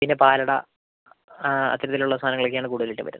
പിന്നെ പാലട അത്തരത്തിലുള്ള സാധനങ്ങളൊക്കെയാണ് കൂടുതലായിട്ടും വരുന്നത്